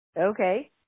Okay